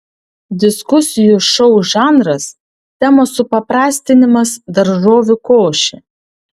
diskusijų šou žanras temos supaprastinimas daržovių košė